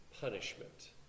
punishment